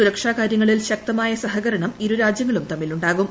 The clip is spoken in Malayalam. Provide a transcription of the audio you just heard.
സുരക്ഷാകാര്യങ്ങളിൽ ശക്തമായ സഹകരണം ഇരുരാജ്യങ്ങളും തമ്മിലുണ്ടാകും